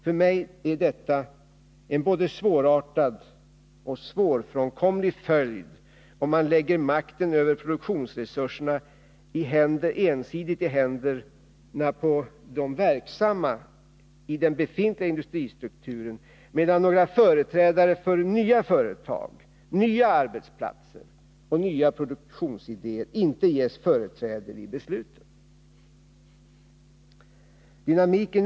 För mig blir detta en både svårartad och svårfrånkomlig följd, om man ensidigt lägger makten över produktionsresurserna i händerna på de verksamma i den befintliga industristrukturen, medan några representanter för nya företag, nya arbetsplatser och nya produktionsidéer inte ges företräde vid besluten.